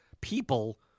people